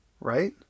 right